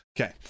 Okay